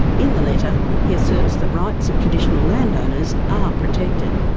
in the letter he asserts the rights of traditional landowners are protected.